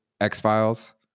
X-Files